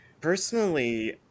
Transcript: Personally